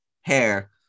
hair